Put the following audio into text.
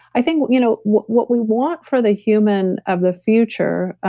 i think what you know what we want for the human of the future,